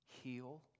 heal